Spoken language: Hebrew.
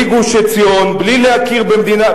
בלי גוש-עציון,